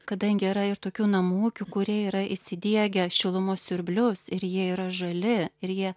kadangi yra ir tokių namų ūkių kurie yra įsidiegę šilumos siurblius ir jie yra žali ir jie